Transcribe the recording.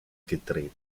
gedreht